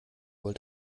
wollt